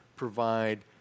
Provide